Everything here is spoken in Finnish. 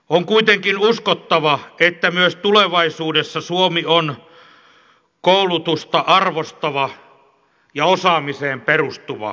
on kuitenkin uskottava että myös tulevaisuudessa suomi on koulutusta arvostava ja osaamiseen perustuva yhteiskunta